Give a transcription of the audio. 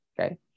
Okay